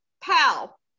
pal